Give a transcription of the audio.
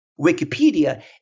Wikipedia